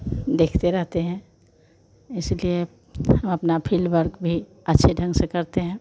देखते रहते हैं इसलिए अपना फील्ड वर्क भी अच्छे ढंग से करते हैं